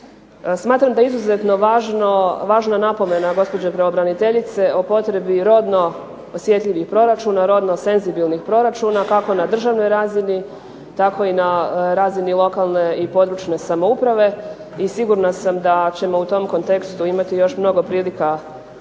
Smatram da je izuzetno važna napomena gospođe pravobraniteljice o potrebi rodno osjetljivih proračuna, rodno senzibilnih proračuna, kako na državnoj razini, tako i na razini lokalne i područne samouprave, i sigurna sam da ćemo u tom kontekstu imati još mnogo prilika za